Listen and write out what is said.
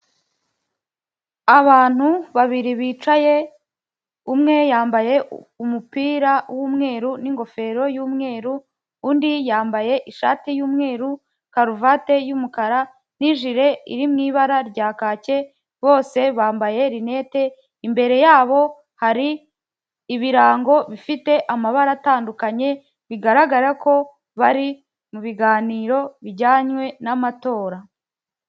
Abantu babiri bicaye, umwe yambaye umupira w'umweru n'ingofero y'umweru, undi yambaye ishati y'umweru, karuvati y'umukara n'ijire iri mu ibara rya kacye, bose bambaye rinete, imbere yabo hari ibirango bifite amabara atandukanye, bigaragara ko bari mu biganiro bijyanye n'amatora.